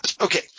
Okay